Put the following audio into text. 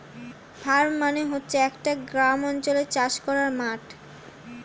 farm মানে হচ্ছে একটা গ্রামাঞ্চলে চাষ করার মাঠ